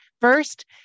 first